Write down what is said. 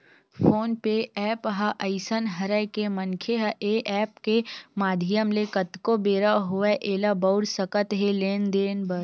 phone पे app ह अइसन हरय के मनखे ह ऐ ऐप के माधियम ले कतको बेरा होवय ऐला बउर सकत हे लेन देन बर